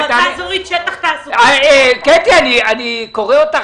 הוא אמר את זה